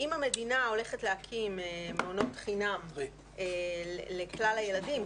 אם המדינה הולכת להקים מעונות חינם לכלל הילדים,